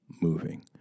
moving